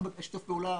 בשיתוף פעולה